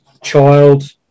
child